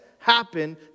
Happen